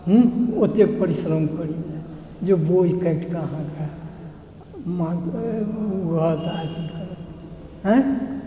हुँ ओतेक परिश्रम करै लए जे बोझि काटि कऽ अहाँकेॅंआय